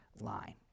line